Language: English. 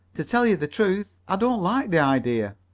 to tell you the truth, i don't like the idea.